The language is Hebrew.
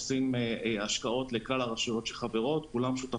עושים השקעות לכלל הרשיויות ששותפות,